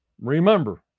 Remember